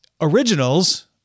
originals